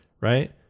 right